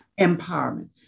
empowerment